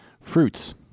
Fruits